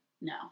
no